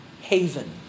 haven